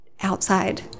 outside